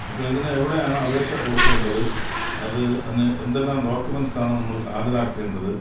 അപ്പോള് ഇതിന് എവിടെയാണ് അപേക്ഷ കൊടുക്കേണ്ടത് അത് അതിന് എന്തെല്ലാം ഡോക്കുമെന്സാണ് നമ്മൾ ഹാജരാക്കേണ്ടത്